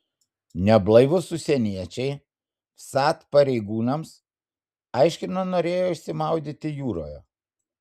neblaivūs užsieniečiai vsat pareigūnams aiškino norėję išsimaudyti jūroje